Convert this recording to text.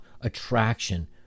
attraction